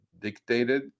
dictated